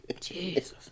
Jesus